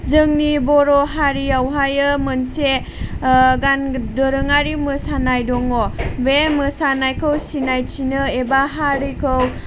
जोंनि बर' हारियावहाय मोनसे गान दोरोङारि मोसानाय दङ बे मोसानायखौ सिनायथिनो एबा हारिखौ